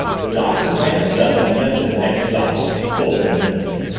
the doctor glanced up and met the detective's eyes, cold and menacing.